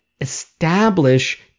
establish